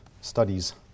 studies